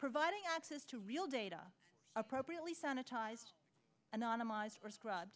providing access to real data appropriately sanitized anonymizer scrubs